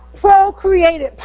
procreated